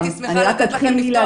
הייתי שמחה לתת לכם לפתוח.